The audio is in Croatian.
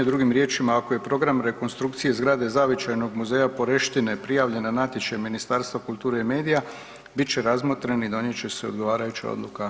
Drugim riječima ako je program rekonstrukcije zgrade Zavičajnog muzeja Poreštine prijavljen na natječaj Ministarstva kulture i medija bit će razmotren i donijet će se odgovarajuća odluka.